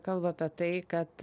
kalba apie tai kad